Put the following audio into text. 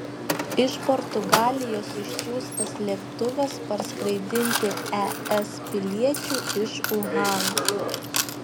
iš portugalijos išsiųstas lėktuvas parskraidinti es piliečių iš uhano